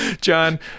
John